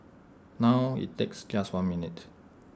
now IT takes just one minute